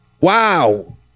wow